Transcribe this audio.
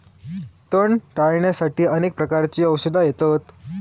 तण टाळ्याण्यासाठी अनेक प्रकारची औषधा येतत